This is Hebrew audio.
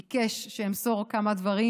ביקש שאמסור כמה דברים,